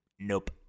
Nope